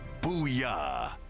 Booyah